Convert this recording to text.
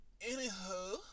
anyhow